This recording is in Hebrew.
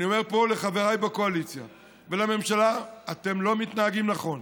אני אומר פה לחבריי בקואליציה ולממשלה: אתם לא מתנהגים נכון.